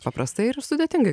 paprastai ir sudėtingai